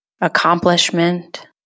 accomplishment